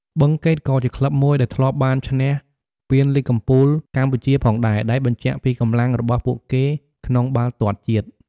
បឹងកេតក៏ជាក្លឹបមួយដែលធ្លាប់បានឈ្នះពានលីគកំពូលកម្ពុជាផងដែរ ដែលបញ្ជាក់ពីកម្លាំងរបស់ពួកគេក្នុងបាល់ទាត់ជាតិ។